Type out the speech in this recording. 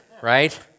right